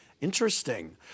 Interesting